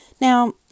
Now